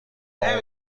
اون